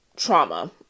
Trauma